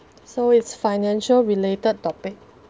so it's financial related topic